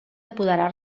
apoderar